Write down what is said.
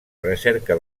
recerca